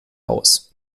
aus